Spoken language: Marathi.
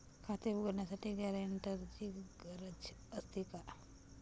खाते उघडण्यासाठी गॅरेंटरची गरज असते का?